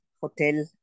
Hotel